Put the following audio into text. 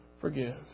forgive